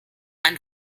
ein